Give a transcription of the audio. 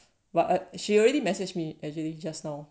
but she already message me actually just now